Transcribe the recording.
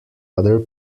other